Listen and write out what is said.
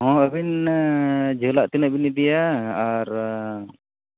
ᱦᱚᱸ ᱟᱹᱵᱤᱱ ᱡᱷᱟᱹᱞᱟᱜ ᱛᱤᱱᱟᱹᱜ ᱵᱤᱱ ᱤᱫᱤᱭᱟ ᱟᱨ